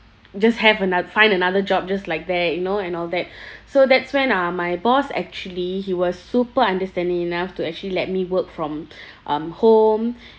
just have ano~ find another job just like that you know and all that so that's when uh my boss actually he was super understanding enough to actually let me work from um home